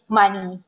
money